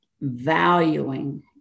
valuing